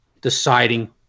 deciding